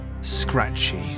scratchy